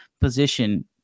position